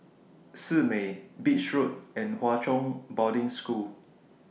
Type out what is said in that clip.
Simei Beach Road and Hwa Chong Boarding School